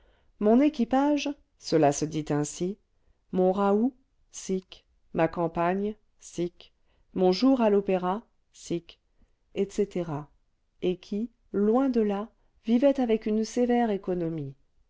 mon équipage cela se dit ainsi mon raout sic ma campagne sic mon jour à l'opéra sic etc et qui loin de là vivait avec une sévère économie